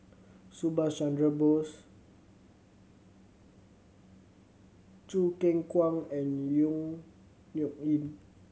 Subhas Chandra Bose Choo Keng Kwang and Yong Nyuk Lin